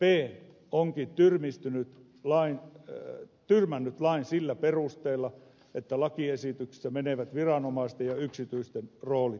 krp onkin tyrmännyt lain sillä perusteella että lakiesityksessä menevät viranomaisten ja yksityisten roolit ristiin